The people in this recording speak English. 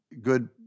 good